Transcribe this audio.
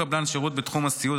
קבלן שירות בתחום הסיעוד),